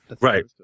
Right